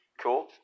cool